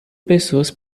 pessoas